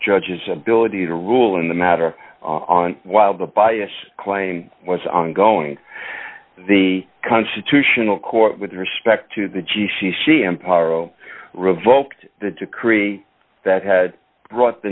judge's ability to rule in the matter on while the bias claim was ongoing the constitutional court with respect to the g c c m paro revoked the decree that had brought